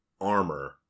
armor